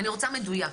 אני רוצה לדעת בדיוק.